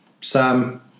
Sam